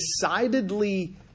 decidedly